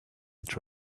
each